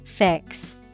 Fix